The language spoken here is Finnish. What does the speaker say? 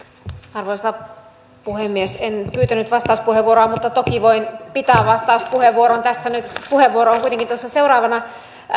arvoisa puhemies en pyytänyt vastauspuheenvuoroa mutta toki voin pitää vastauspuheenvuoron tässä nyt puheenvuoro on kuitenkin tuossa seuraavana